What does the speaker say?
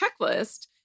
checklist